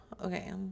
Okay